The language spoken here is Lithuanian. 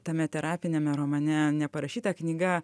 tame terapiniame romane neparašyta knyga